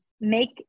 make